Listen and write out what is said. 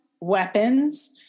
weapons